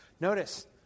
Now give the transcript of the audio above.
Notice